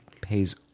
pays